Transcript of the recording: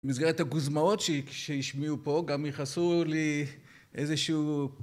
במסגרת הגוזמאות שהשמיעו פה, גם ייחסו לי איזשהו